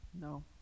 No